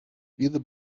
diese